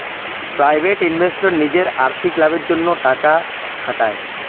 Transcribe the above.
private investor নিজের আর্থিক লাভের জন্যে টাকা খাটায়